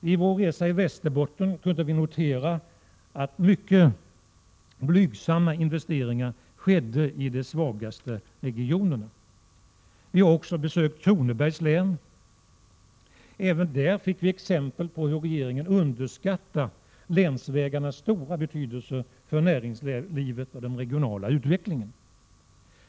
Vid vår resa i Västerbotten kunde vi notera att mycket blygsamma investeringar skedde i de svagaste regionerna. Vi har också besökt Kronobergs län. Även där fick vi exempel på hur regeringen underskattar länsvägarnas stora betydelse för näringslivet och den regionala utvecklingen.